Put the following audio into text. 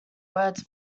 words